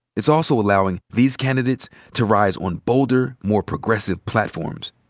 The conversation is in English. it's also allowing these candidates to rise on bolder, more progressive platforms.